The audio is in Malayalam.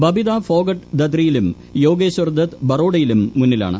ബബിത ഫോഗട്ട് ദത്രിയിലും യോഗേശ്വർ ദത്ത് ബറോഡയിലും മുന്നിലാണ്